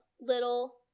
little